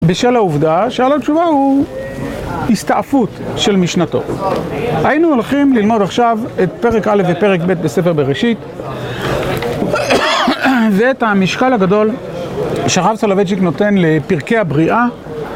בשל העובדה, שאלה התשובה הוא הסתעפות של משנתו. היינו הולכים ללמוד עכשיו את פרק א' ופרק ב' בספר בראשית, ואת המשקל הגדול שרב סלבג'יק נותן לפרקי הבריאה.